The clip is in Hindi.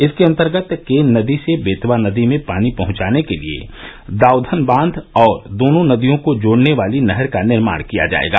इसके अंतर्गत केन नदी से बेतवा नदी में पानी पहंचाने के लिए दाउधन बांध और दोनों नदियों को जोड़ने वाली नहर का निर्माण किया जायेगा